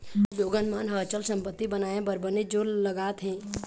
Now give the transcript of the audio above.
आज लोगन मन ह अचल संपत्ति बनाए बर बनेच जोर लगात हें